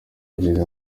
wageze